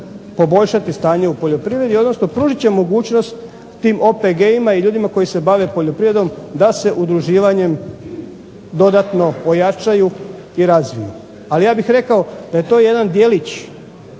poboljšati stanje u poljoprivredi, odnosno pružit će mogućnost tim OPG-ima i ljudima koji se bave poljoprivredom da se udruživanjem dodatno ojačaju i razviju. Ali ja bih rekao da je to jedan djelić